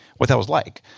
what that was like.